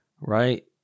right